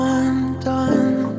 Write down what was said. undone